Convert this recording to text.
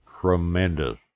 tremendous